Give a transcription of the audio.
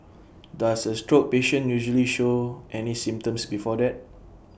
does A stroke patient usually show any symptoms before that